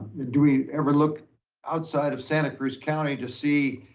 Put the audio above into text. do we ever look outside of santa cruz county to see